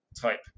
type